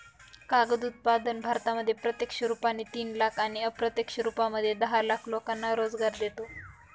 कागद उत्पादन भारतामध्ये प्रत्यक्ष रुपाने तीन लाख आणि अप्रत्यक्ष रूपामध्ये दहा लाख लोकांना रोजगार देतो